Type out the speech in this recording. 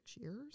years